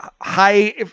high